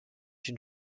une